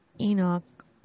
Enoch